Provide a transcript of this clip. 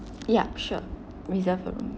ya sure reserve the room